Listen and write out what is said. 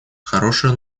хорошая